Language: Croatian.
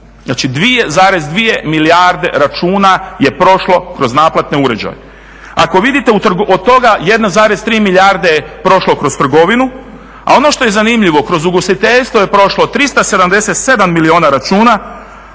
Znači 2,2 milijarde računa je prošlo kroz naplatne uređaje, od toga 1,3 milijarde je prošlo kroz trgovinu, a ono što je zanimljivo kroz ugostiteljstvo je prošlo 377 milijuna računa,